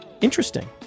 Interesting